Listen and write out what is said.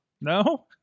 no